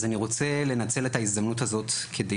אז אני רוצה לנצל את ההזדמנות הזאת כדי